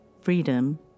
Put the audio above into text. freedom